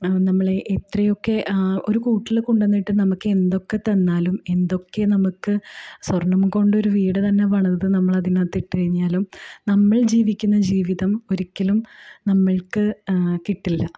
നമ്മളെ എത്രയൊക്കെ ഒരു കൂട്ടിൽ കൊണ്ടുവന്നിട്ട് നമുക്ക് എന്തൊക്കെ തന്നാലും എന്തൊക്കെ നമുക്ക് സ്വർണ്ണം കൊണ്ടൊരു വീട് തന്നെ പണിത് നമ്മളെ അതിനകത്ത് ഇട്ട് കഴിഞ്ഞാലും നമ്മൾ ജീവിക്കുന്ന ജീവിതം ഒരിക്കലും നമ്മൾക്ക് കിട്ടില്ല